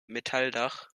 metalldach